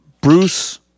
Bruce